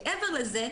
מעבר לזה,